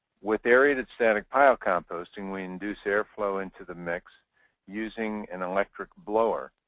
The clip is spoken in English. with aerated static pile composting, we induce air flow into the mix using an electric blower.